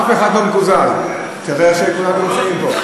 אף אחד לא מקוזז, אתה יודע שכולם נמצאים פה.